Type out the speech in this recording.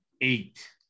eight